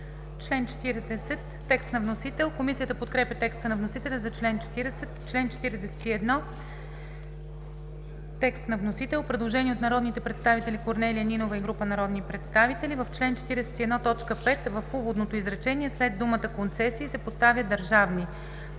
АННА АЛЕКСАНДРОВА: Комисията подкрепя текста на вносителя за чл. 40. Член 41 – текст на вносителя. Предложение от народните представители Корнелия Нинова и група народни представители: „В чл. 41, т. 5 в уводното изречение пред думата „концесии“ се поставя „държавни“.